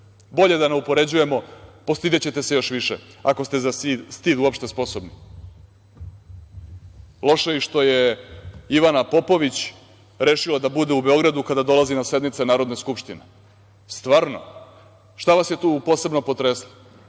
Bolje da ne upoređujemo postidećete se još više ako ste za stid uopšte sposobni. Loše je što je Ivana Popović rešila da bude u Beogradu kada dolazi na sednice Narodne skupštine. Stvarno? Šta vas je tu posebno potreslo?